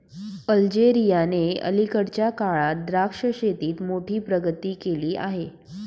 अल्जेरियाने अलीकडच्या काळात द्राक्ष शेतीत मोठी प्रगती केली आहे